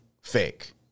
fake